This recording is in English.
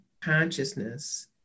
consciousness